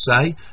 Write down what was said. say